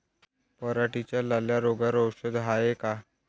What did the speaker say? पराटीच्या लाल्या रोगावर औषध हाये का?